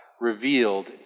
revealed